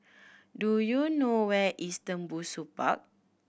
do you know where is Tembusu Park